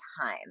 time